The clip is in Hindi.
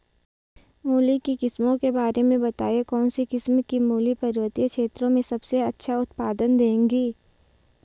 मूली की किस्मों के बारे में बताइये कौन सी किस्म की मूली पर्वतीय क्षेत्रों में सबसे अच्छा उत्पादन देंगी?